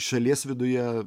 šalies viduje